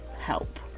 help